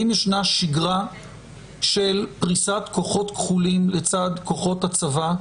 האם ישנה שגרה של פריסת כוחות כחולים לצד כוחות הצבא,